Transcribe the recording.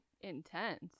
intense